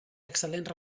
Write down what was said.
excel·lents